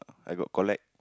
I got collect